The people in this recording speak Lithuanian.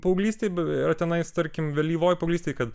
paauglystėj tenais tarkim vėlyvoj paauglystėj kad